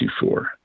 1964